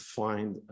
find